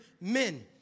men